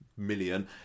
million